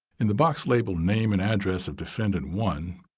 in the box labeled name and address of defendant one,